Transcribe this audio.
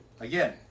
again